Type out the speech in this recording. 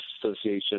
Association